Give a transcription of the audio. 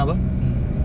mm